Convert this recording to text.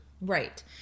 right